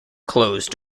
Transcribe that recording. closed